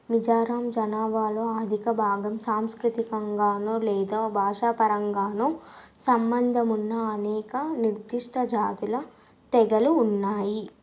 మిజోరాం జనాభాలో అధిక భాగం సాంస్కృతికంగానో లేదా భాషాపరంగానో సంబంధమున్న అనేక నిర్దిష్ట జాతుల తెగలు ఉన్నాయి